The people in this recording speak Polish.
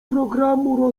programu